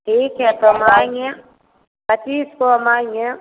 ठीक है तो हम आएँगे पच्चीस को हम आएँगे